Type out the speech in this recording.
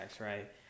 right